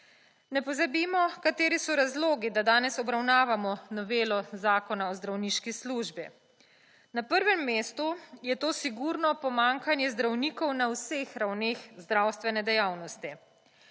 Ne pozabimo kateri so razlogi, da danes obravnavamo novelo Zakona o zdravniški službi. Na prvem mestu je to sigurno pomanjkanje zdravnikov na vseh ravneh zdravstvene dejavnosti.